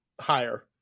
higher